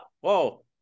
whoa